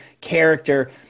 character